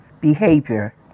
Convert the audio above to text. behavior